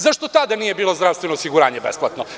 Zašto tada nije bilo zdravstveno osiguranje besplatno?